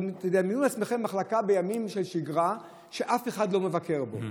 תדמיינו לעצמכם מחלקה בימים של שגרה שאף אחד לא מבקר בה,